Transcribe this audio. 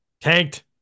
tanked